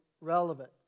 relevant